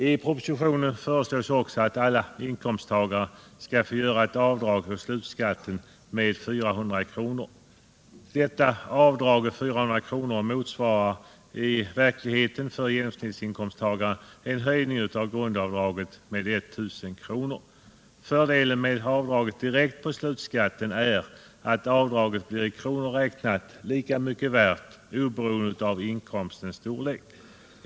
I propositionen föreslås också att alla inkomsttagare skall få göra ett avdrag på slutskatten med 400 kr. Detta avdrag motsvarar i verkligheten för genomsnittsinkomsttagaren en höjning av grundavdraget med 1000 kr. Fördelen med avdrag direkt på slutskatten är att avdraget i kronor räknat blir lika mycket värt oberoende av inkomstens storlek.